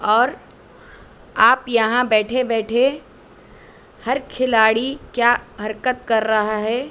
اور آپ یہاں بیٹھے بیٹھے ہر کھلاڑی کیا حرکت کر رہا ہے